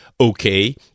okay